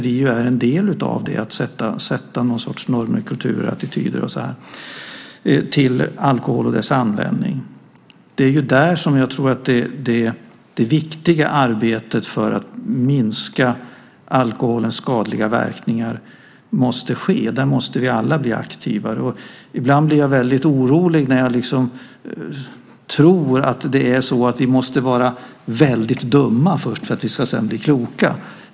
Vi är ju med om att sätta upp någon sorts normer, kulturattityder och sådant till alkoholen och dess användning. Det är där jag tror att det viktiga arbetet för att minska alkoholens skadliga verkningar måste ske. Där måste vi alla bli aktivare. Ibland blir jag väldigt orolig när det känns som att vi först måste vara väldigt dumma för att sedan kunna bli kloka.